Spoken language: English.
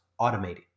automating